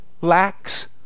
lacks